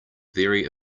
very